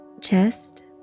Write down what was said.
chest